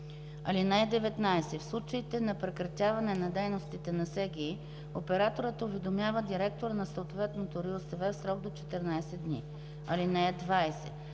му. (19) В случаите на прекратяване на дейността на СГИ операторът уведомява директора на съответната РИОСВ в срок до 14 дни. (20)